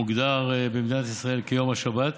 המוגדר במדינת ישראל כיום השבת,